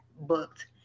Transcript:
booked